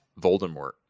Voldemort